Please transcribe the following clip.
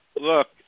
look